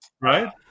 right